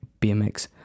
BMX